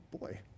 boy